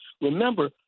Remember